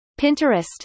Pinterest